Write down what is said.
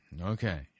Okay